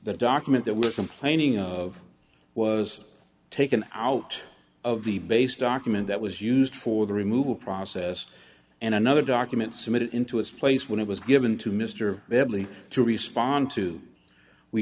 that document that we were complaining of was taken out of the base document that was used for the removal process and another document submitted into its place when it was given to mr redlich to respond to we